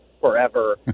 forever